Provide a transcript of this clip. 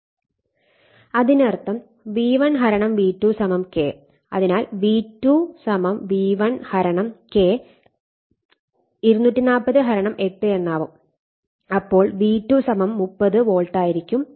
അതിനർത്ഥം V1 V2 K അതിനാൽ V2 V1 K 2408 എന്നാവും അപ്പോൾ V2 30 വോൾട്ട് ആയിരിക്കും